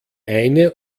eine